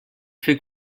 fait